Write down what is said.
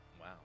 Wow